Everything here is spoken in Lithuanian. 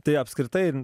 tai apskritai